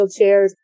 wheelchairs